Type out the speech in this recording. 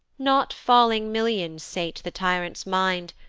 not falling millions sate the tyrant's mind,